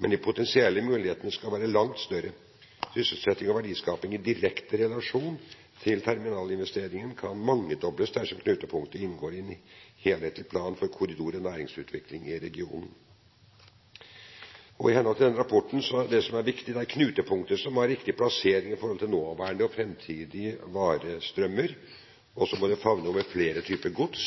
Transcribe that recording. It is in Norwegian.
mulighetene, skal være langt større. Sysselsetting og verdiskaping i direkte relasjon til terminalinvesteringen kan mangedobles dersom knutepunktet inngår i en helhetlig plan for korridor- og næringsutvikling i regionen. Det viktige i henhold til Sitma-rapporten er at knutepunktet må ha riktig plassering i forhold til nåværende og framtidige varestrømmer, det må favne over flere typer gods,